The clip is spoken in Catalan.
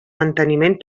manteniment